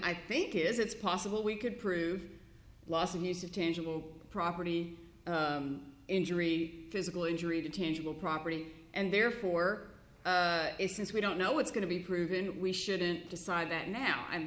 i think is it's possible we could prove loss of use of tangible property injury physical injury to tangible property and therefore since we don't know what's going to be proven we shouldn't decide that now i'm